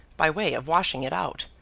by way of washing it out.